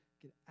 get